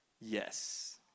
Yes